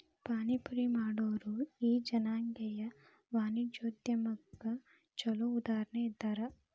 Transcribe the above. ಪಾನಿಪುರಿ ಮಾಡೊರು ಈ ಜನಾಂಗೇಯ ವಾಣಿಜ್ಯೊದ್ಯಮಕ್ಕ ಛೊಲೊ ಉದಾಹರಣಿ ಇದ್ದಾರ